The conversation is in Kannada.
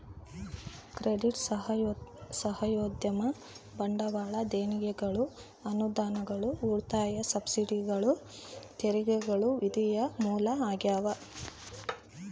ಕ್ರೆಡಿಟ್ ಸಾಹಸೋದ್ಯಮ ಬಂಡವಾಳ ದೇಣಿಗೆಗಳು ಅನುದಾನಗಳು ಉಳಿತಾಯ ಸಬ್ಸಿಡಿಗಳು ತೆರಿಗೆಗಳು ನಿಧಿಯ ಮೂಲ ಆಗ್ಯಾವ